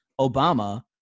Obama